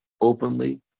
openly